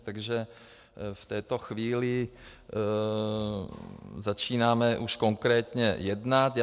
Takže v této chvíli začínáme už konkrétně jednat.